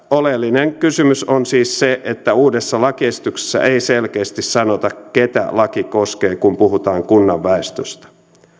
oleellinen kysymys on siis se että uudessa lakiesityksessä ei selkeästi sanota ketä laki koskee kun puhutaan kunnan väestöstä